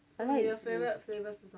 I like